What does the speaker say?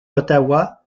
ottawa